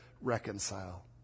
reconcile